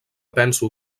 penso